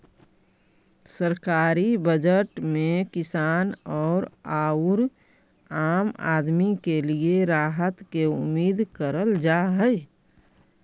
सरकारी बजट में किसान औउर आम आदमी के लिए राहत के उम्मीद करल जा हई